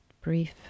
brief